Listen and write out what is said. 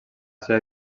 seva